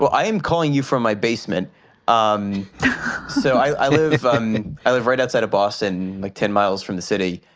but i am calling you from my basement um so so i live um i live right outside of boston, like ten miles from the city.